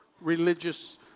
religious